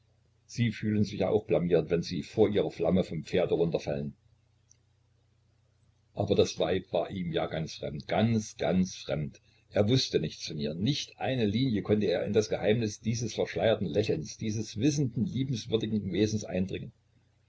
sie fühlen sich ja auch blamiert wenn sie vor ihrer flamme vom pferde runterfallen aber das weib war ihm ja fremd ganz ganz fremd er wußte nichts von ihr nicht eine linie konnte er in das geheimnis dieses verschleierten lächelns dieses wissenden liebenswürdigen wesens eindringen